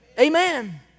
Amen